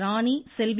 ராணி செல்வி